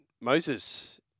Moses